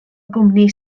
gwmni